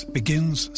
begins